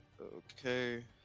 Okay